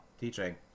teaching